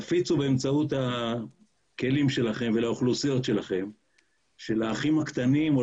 תפיצו באמצעות הכלים שלכם ולאוכלוסיות שלכם שלאחים הקטנים או